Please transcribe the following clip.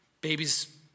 Babies